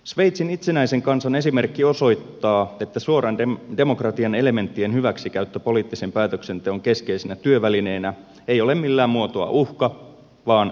sveitsin itsenäisen kansan esimerkki osoittaa että suoran demokratian elementtien hyväksikäyttö poliittisen päätöksenteon keskeisenä työvälineenä ei ole millään muotoa uhka vaan suuri mahdollisuus